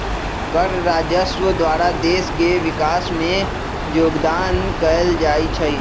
कर राजस्व द्वारा देश के विकास में जोगदान कएल जाइ छइ